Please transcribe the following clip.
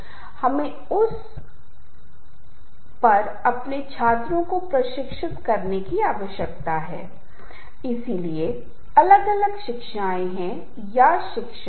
संगीत भी रंगों से जुड़ा हुआ है और यह एक ऐसी चीज है जिसे मैं आपके साथ जल्दी से साझा करूंगा